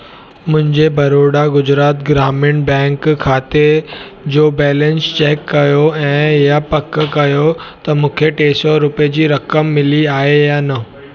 मुंहिंजे बड़ोदा गुजरात ग्रामीण बैंक खाते जो बैलेंस चेक कर्यो ऐं इहा पकु कर्यो त मूंखे टे सौ रुपियनि जी रक़म मिली आहे या न